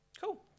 cool